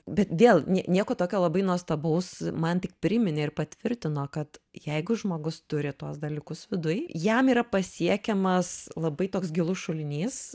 bet vėl nieko tokio labai nuostabaus man tik priminė ir patvirtino kad jeigu žmogus turi tuos dalykus viduj jam yra pasiekiamas labai toks gilus šulinys